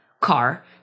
car